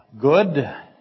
Good